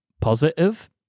positive